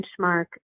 benchmark